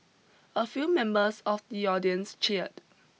a few members of the audience cheered